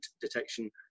detection